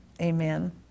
amen